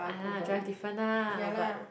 ah nah drive different lah but